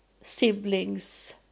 siblings